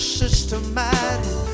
systematic